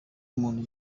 umuntu